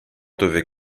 devait